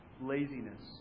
laziness